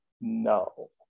no